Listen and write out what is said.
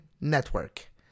Network